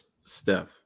Steph